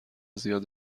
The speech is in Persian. زیاد